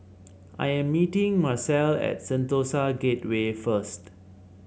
I am meeting Marcelle at Sentosa Gateway first